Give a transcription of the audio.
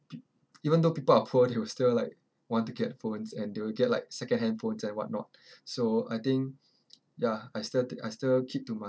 even though people are poor they will still like want to get phones and they will get like secondhand phones and whatnot so I think ya I still th~ I still keep to my